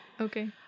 okay